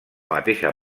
mateixa